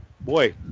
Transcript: Boy